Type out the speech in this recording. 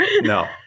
No